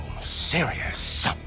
serious